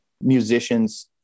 musicians